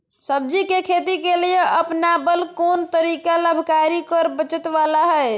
सब्जी के खेती के लिए अपनाबल कोन तरीका लाभकारी कर बचत बाला है?